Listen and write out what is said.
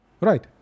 Right